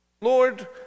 Lord